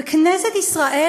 וכנסת ישראל,